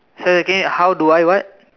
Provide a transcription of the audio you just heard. say again how do I what